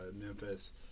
Memphis